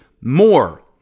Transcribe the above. more